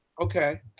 Okay